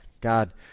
God